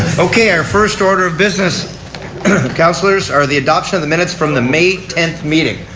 okay. our first order of business counselors are the adoption of the minutes from the may tenth meeting.